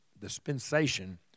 dispensation